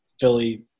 Philly